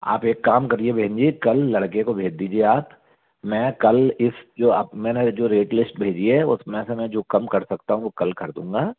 आप एक काम करिए बहन जी कल लड़के को भेज दीजिए आप मैं कल इस जो आप मैंने जो रेट लिस्ट भेजी है उसमें से जो कम कर सकता हूँ कल कर दूंगा